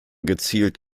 gezielt